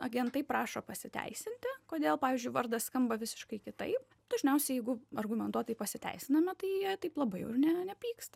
agentai prašo pasiteisinti kodėl pavyzdžiui vardas skamba visiškai kitaip dažniausiai jeigu argumentuotai pasiteisiname tai jie taip labai jau ir ne nepyksta